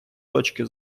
точки